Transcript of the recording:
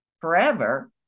forever